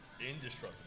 Indestructible